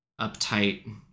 uptight